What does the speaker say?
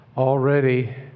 Already